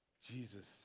Jesus